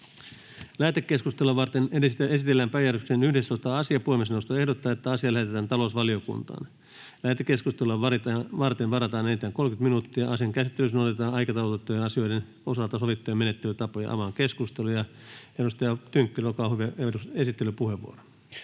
Lähetekeskustelua varten esitellään päiväjärjestyksen 12. asia. Puhemiesneuvosto ehdottaa, että asia lähetetään lakivaliokuntaan. Lähetekeskustelua varten varataan enintään 30 minuuttia. Asian käsittelyssä noudatetaan aikataulutettujen asioiden osalta sovittuja menettelytapoja. Avaan keskustelun. — Esittelypuheenvuoro,